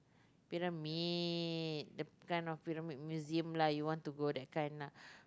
pyramid the kind of pyramid museum lah you want to go that kind lah